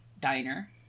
diner